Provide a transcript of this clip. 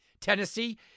Tennessee